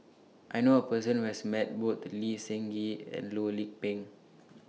I knew A Person Who has Met Both Lee Seng Gee and Loh Lik Peng